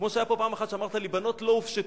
כמו שהיה פה פעם אחת שאמרת לי: בנות לא הופשטו.